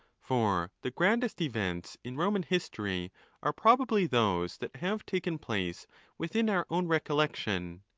for the grandest events in roman history are probably those that have taken place within our own recollection.